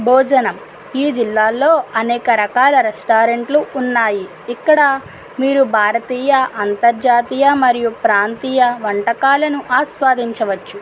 భోజనం ఈ జిల్లాలో అనేక రకాల రెస్టారెంట్లు ఉన్నాయి ఇక్కడ మీరు భారతీయ అంతర్జాతీయ మరియు ప్రాంతీయ వంటకాలను ఆస్వాదించవచ్చు